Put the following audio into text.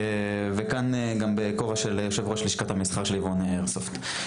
וכאן גם בכובע של יו"ר לשכת המסחר של ארגון איירסופט.